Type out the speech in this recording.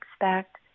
expect